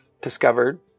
discovered